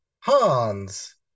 Hans